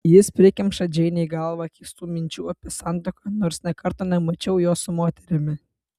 jis prikemša džeinei galvą keistų minčių apie santuoką nors nė karto nemačiau jo su moterimi